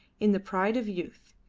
in the pride of youth,